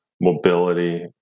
mobility